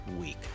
week